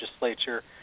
legislature